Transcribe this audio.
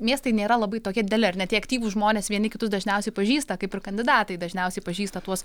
miestai nėra labai tokie dideli ar ne tie aktyvūs žmonės vieni kitus dažniausiai pažįsta kaip ir kandidatai dažniausiai pažįsta tuos